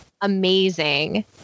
amazing